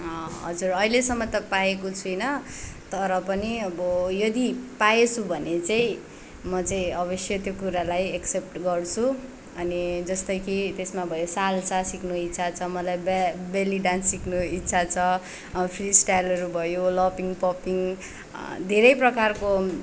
हजुर अहिलेसम्म त पाएको छुइनँ तर पनि अब यदि पाएछु भने चाहिँ म चाहिँ अवश्य त्यो कुरालाई एक्सेप्ट गर्छु अनि जस्तै कि त्यसमा भयो साल्सा सिक्नु इच्छा छ मलाई ब्या बेली ड्यान्स सिक्नु इच्छा छ फ्री स्टाइलहरू भयो लपिङ पपिङ धेरै प्रकारको